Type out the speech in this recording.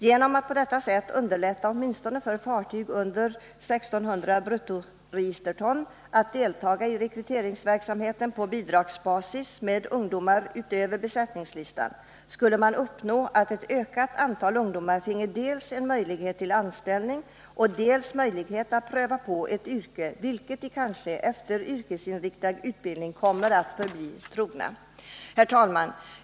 Genom att på detta sätt underlätta åtminstone för fartyg under 1600 bruttoregisterton att delta i rekryteringsverksamheten på bidragsbasis med ungdomar utöver besättningslistan skulle man uppnå att ett ökat antal ungdomar finge dels en möjlighet till anställning, dels en möjlighet att pröva på ett yrke som de kanske efter yrkesinriktad utbildning kommer att förbli trogna. Herr talman!